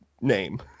name